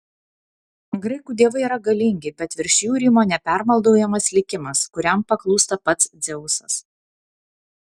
graikų dievai yra galingi bet virš jų rymo nepermaldaujamas likimas kuriam paklūsta pats dzeusas